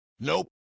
Nope